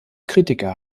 kritiker